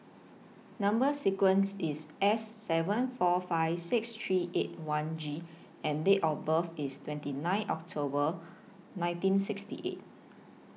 Number sequence IS S seven four five six three eight one G and Date of birth IS twenty nine October nineteen sixty eight